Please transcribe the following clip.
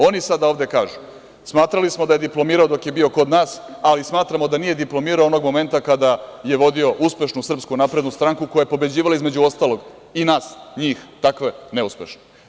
Oni sada ovde kažu, smatrali smo da je diplomirao dok je bio kod nas, ali smatramo da nije diplomirao onog momenta kada je vodio uspešnu SNS koja je pobeđivala između ostalog i nas, njih, takve neuspešne.